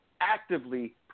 actively